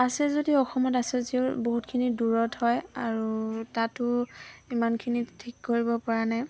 আছে যদি অসমত আছে যদিও বহুতখিনি দূৰত হয় আৰু তাতো ইমানখিনি ঠিক কৰিব পৰা নাই